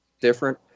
different